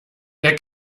der